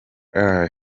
and